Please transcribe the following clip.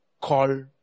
Call